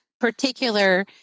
particular